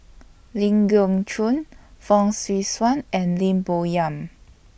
Ling Geok Choon Fong Swee Suan and Lim Bo Yam